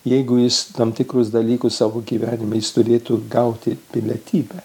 jeigu jis tam tikrus dalykus savo gyvenime jis turėtų gauti pilietybę